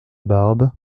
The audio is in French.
barbe